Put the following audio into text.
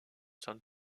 sans